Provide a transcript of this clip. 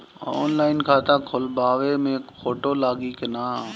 Online खाता खोलबाबे मे फोटो लागि कि ना?